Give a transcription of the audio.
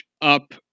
up